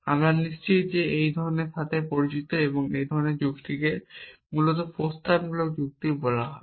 এবং আমি নিশ্চিত যে আপনি এটির সাথে পরিচিত এই ধরনের যুক্তিগুলিকে মূলত প্রস্তাবনামূলক যুক্তি বলা হয়